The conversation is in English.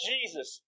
Jesus